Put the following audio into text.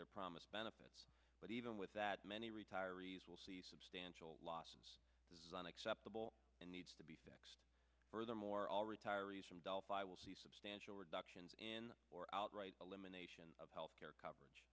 their promised benefits but even with that many retirees will see substantial losses is unacceptable and needs to be fixed furthermore all retirees from delphi will see substantial reductions in or outright elimination of health care coverage